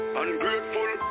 ungrateful